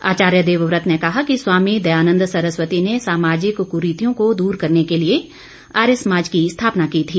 आचार्य देवव्रत ने कहा कि स्वामी दयानन्द सरस्वती ने सामाजिक कुरीतियों को दूर करने को लिए आर्य समाज की स्थापना की थी